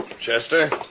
Chester